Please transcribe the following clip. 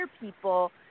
people